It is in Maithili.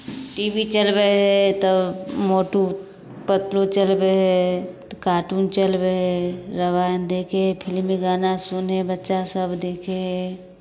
टी वी चलबै हइ तऽ मोटू पतलू चलबै हइ तऽ कार्टून चलबै हइ रामायण देखै हइ फिल्मी गाना सुनै हइ बच्चासभ देखै हइ